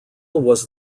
was